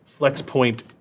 FlexPoint